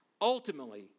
ultimately